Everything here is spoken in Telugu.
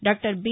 doctor B